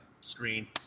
screen